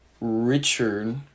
Richard